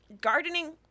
gardening